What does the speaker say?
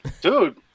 Dude